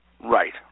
Right